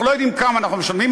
אנחנו לא יודעים כמה אנחנו משלמים.